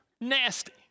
Nasty